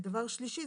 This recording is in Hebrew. ודבר שלישי,